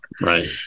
Right